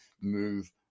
move